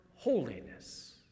Holiness